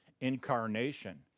incarnation